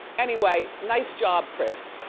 anyway, nice job chris,